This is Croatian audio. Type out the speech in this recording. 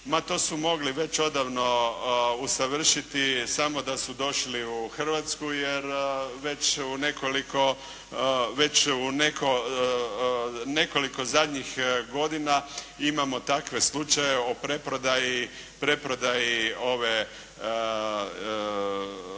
Ma to su mogli već odavno usavršiti samo da su došli u Hrvatsku, jer već u nekoliko zadnjih godina imamo takve slučaje o preprodaji zemljišta,